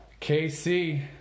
KC